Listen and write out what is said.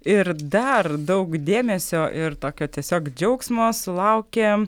ir dar daug dėmesio ir tokio tiesiog džiaugsmo sulaukė